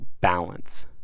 balance